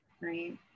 right